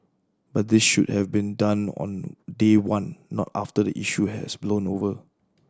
but this should have been done on day one not after the issue has blown over